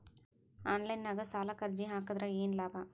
Online ನಾಗ್ ಸಾಲಕ್ ಅರ್ಜಿ ಹಾಕದ್ರ ಏನು ಲಾಭ?